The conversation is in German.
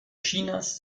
chinas